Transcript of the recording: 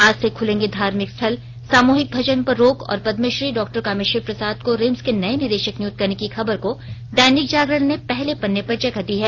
आज से खुलेंगे धार्मिक स्थल सामूहिक भजन पर रोक और पद्मश्री डॉ कामेश्वर प्रसाद को रिम्स के नए निदेशक नियुक्त करने की खबर को दैनिक जागरण ने पहले पन्ने पर जगह दी है